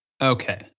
Okay